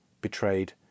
betrayed